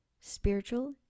spiritual